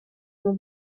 nhw